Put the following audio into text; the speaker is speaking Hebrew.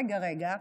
רגע-רגע,